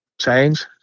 change